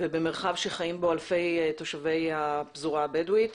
ובמרחב שחיים בו אלפי תושבי הפזורה הבדואית.